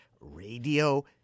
Radio